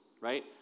right